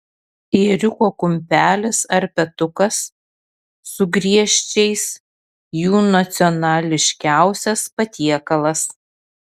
ėriuko kumpelis ar petukas su griežčiais jų nacionališkiausias patiekalas